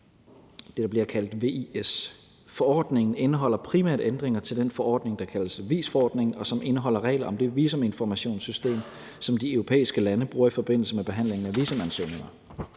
det, der bliver kaldt VIS. Forordningen indeholder primært ændringer til den forordning, der kaldes VIS-forordningen, og som indeholder regler om det visuminformationssystem, som de europæiske lande bruger i forbindelse med behandlingen af visumansøgninger.